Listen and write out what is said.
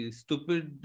stupid